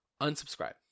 unsubscribe